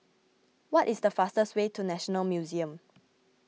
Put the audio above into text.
what is the fastest way to National Museum